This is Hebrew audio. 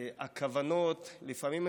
הכוונות לפעמים הן כוונות טובות,